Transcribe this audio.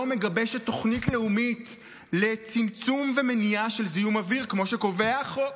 מגבשת תוכנית לאומית לצמצום ומניעה של זיהום אוויר כמו שקובע החוק.